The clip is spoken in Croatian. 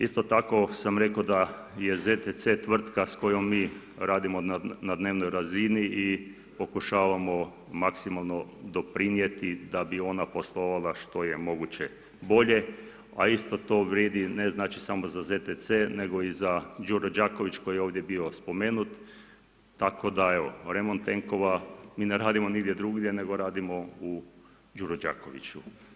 Isto tako sam rekao da je ZTC tvrtka s kojom mi radimo na dnevnoj razini i pokušavamo maksimalo doprinijeti da bi ona poslovala što je moguće bolje, a isto to vrijedi ne znači samo za ZTC, nego i za Đuro Đaković koji je ovdje bio spomenut, tako da evo, remont tenkova mi ne radimo nigdje drugdje nego radimo u Đuro Đakoviću.